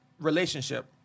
relationship